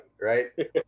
right